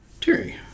Terry